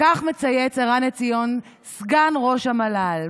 כך מצייץ ערן עציון, סגן ראש המל"ל: